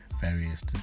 various